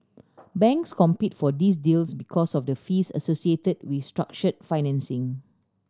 banks compete for these deals because of the fees associated with structure financing